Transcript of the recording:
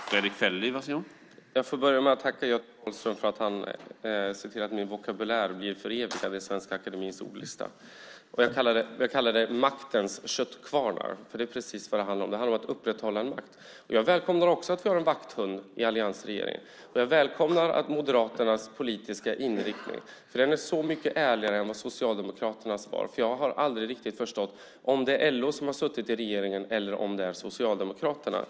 Herr talman! Jag får börja med att tacka Göte för att han ser till att min vokabulär blir förevigad i Svenska Akademiens ordlista. Jag kallade det maktens köttkvarnar, för det är precis vad det handlar om. Det handlar om att upprätthålla makt. Jag välkomnar också att vi har en vakthund i alliansregeringen. Jag välkomnar Moderaternas politiska inriktning, för den är så mycket ärligare än vad Socialdemokraternas var. Jag har aldrig riktigt förstått om det är LO som har suttit i regeringen eller om det är Socialdemokraterna.